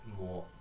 more